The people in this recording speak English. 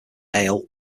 ale